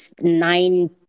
nine